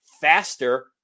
faster